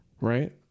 right